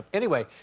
anyway,